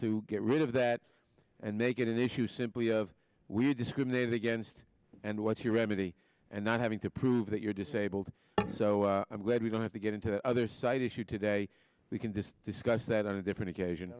to get rid of that and make it an issue simply of we discriminated against and what's your remedy and not having to prove that you're disabled so i'm glad we don't have to get into the other side issue today we can just discuss that on a different occasion